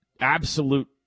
absolute